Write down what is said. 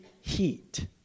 heat